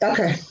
Okay